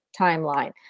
timeline